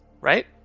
Right